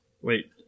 Wait